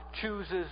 chooses